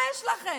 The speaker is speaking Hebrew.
מה יש לכם?